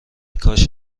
کاش